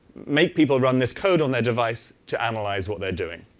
make people run this code on their device to analyze what they're doing.